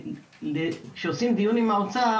כשעושים דיון עם האוצר,